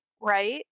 right